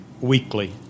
weekly